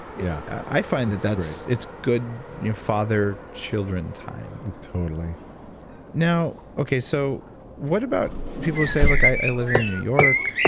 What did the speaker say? yeah i find that, that's. it's good father children time totally now, okay so what about people who say, look, i live in new york.